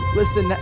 Listen